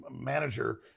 manager